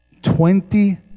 twenty